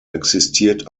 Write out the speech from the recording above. existiert